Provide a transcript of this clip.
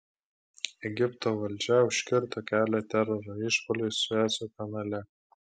egipto valdžia užkirto kelią teroro išpuoliui sueco kanale